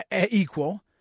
equal